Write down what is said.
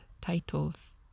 titles